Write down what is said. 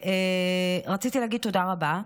רציתי להגיד תודה רבה.